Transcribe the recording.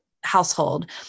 household